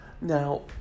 Now